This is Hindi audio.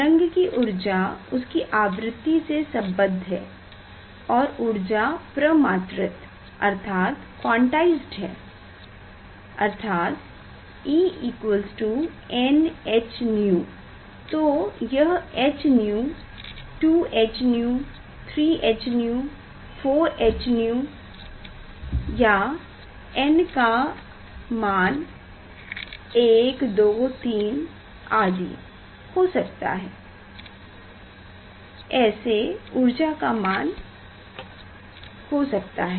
तरंग कि ऊर्जा उसकी आवृत्ती से संबद्ध है और ऊर्जा प्रमात्रीत क्वांटइजड है अर्थात E nh𝛎 तो यह h𝛎 2h𝛎 3h𝛎 4h𝛎 या n 123आदि ऐसे ऊर्जा का मान हो सकता है